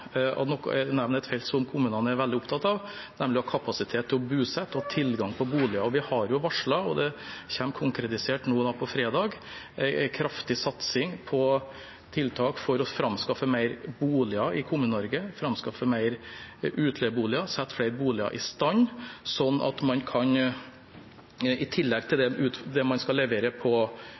et felt som kommunene er veldig opptatt av, nemlig å ha kapasitet til å bosette og ha tilgang på boliger. Vi har varslet – og det blir konkretisert på fredag – en kraftig satsing på tiltak for å framskaffe flere boliger i Kommune-Norge, framskaffe flere utleieboliger, sette flere boliger i stand, slik at man, i tillegg til det man skal levere